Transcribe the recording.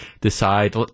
decide